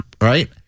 right